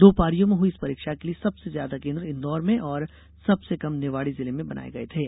दो पारियों में हुई इस परीक्षा के लिये सबसे ज्यादा केन्द्र इंदौर में और सबसे कम निवाड़ी जिले में बनाये गये थे